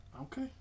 Okay